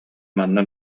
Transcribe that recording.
манна